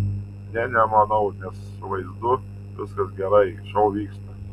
ne nemanau nes su vaizdu viskas gerai šou vyksta